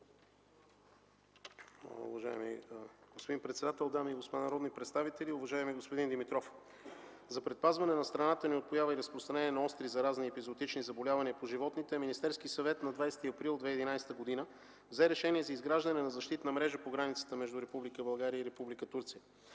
Уважаеми господин председател, дами и господа народни представители! Уважаеми господин Димитров, за предпазване на страната ни от поява и разпространение на остри заразни епизоотични заболявания по животните Министерският съвет на 20 април 2011 г. взе решение за изграждане на защитна мрежа по границата между Република България и Република